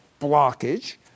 blockage